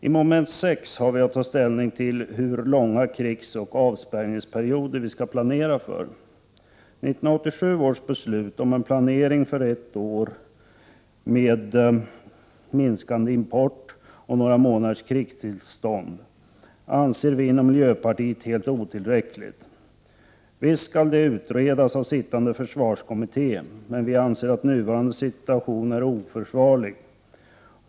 I moment 6 har vi att ta ställning till hur långa krigsoch avspärrningsperioder vi skall planera för. 1987 års beslut innebär planering för ett år med minskad import och några månaders krigstillstånd, men det anser vi inom miljöpartiet helt otillräckligt. Visst skall detta utredas nu av den sittande försvarskommittén, men vi anser att nuvarande situation är oförsvarlig.